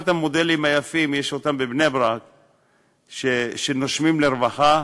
אחד המודלים היפים של "נושמים לרווחה"